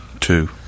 Two